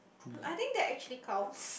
I think that actually counts